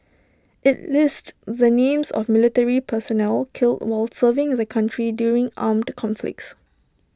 IT lists the names of military personnel killed while serving the country during armed conflicts